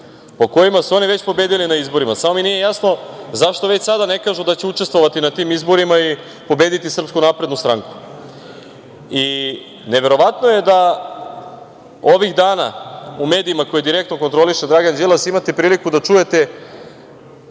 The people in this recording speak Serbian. po kojima su oni već pobedili na izborima. Samo mi nije jasno zašto već sada ne kažu da će učestvovati na tim izborima i pobediti SNS?Neverovatno je da ovih dana u medijima koje direktno kontroliše Dragan Đilas imate priliku da čujete